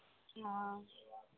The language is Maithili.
हँ